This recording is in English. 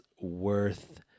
worth